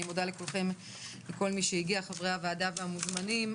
אני מודה לכל מי שהגיע, חברי הוועדה והמוזמנים.